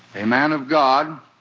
a man of god,